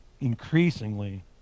increasingly